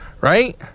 right